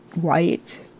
white